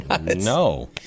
No